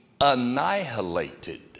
annihilated